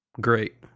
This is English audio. great